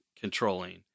controlling